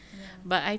ya